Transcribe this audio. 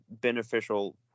beneficial